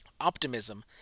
optimism